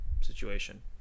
situation